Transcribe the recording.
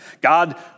God